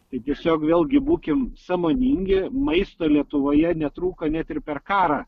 tai tiesiog vėlgi būkim sąmoningi maisto lietuvoje netrūko net ir per karą